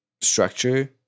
structure